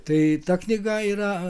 tai ta knyga yra